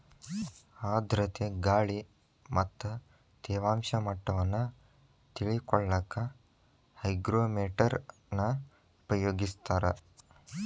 ಆರ್ಧ್ರತೆ ಗಾಳಿ ಮತ್ತ ತೇವಾಂಶ ಮಟ್ಟವನ್ನ ತಿಳಿಕೊಳ್ಳಕ್ಕ ಹೈಗ್ರೋಮೇಟರ್ ನ ಉಪಯೋಗಿಸ್ತಾರ